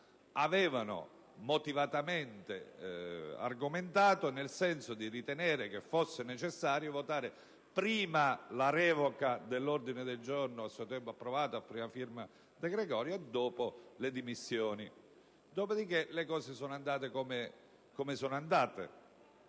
avevano motivatamente argomentato nel senso di ritenere che fosse necessario votare prima la revoca dell'ordine del giorno a suo tempo approvato, a prima firma De Gregorio, e dopo le dimissioni. Dopodiché le cose sono andate come sono andate.